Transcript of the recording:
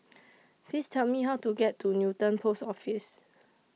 Please Tell Me How to get to Newton Post Office